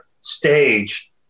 stage